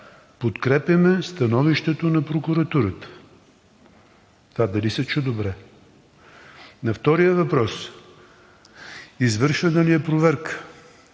подкрепяме становището на прокуратурата! Това дали се чу добре? На втория въпрос: извършена ли е проверка